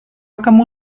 kamu